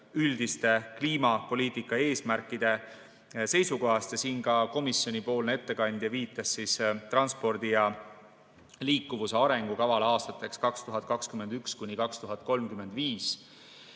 üldiste kliimapoliitika eesmärkide seisukohast. Ka komisjoni ettekandja viitas transpordi ja liikuvuse arengukavale aastateks 2021–2035.